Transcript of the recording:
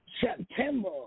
September